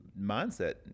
mindset